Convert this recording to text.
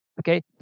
okay